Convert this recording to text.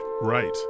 right